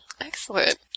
Excellent